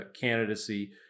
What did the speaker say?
candidacy